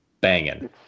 banging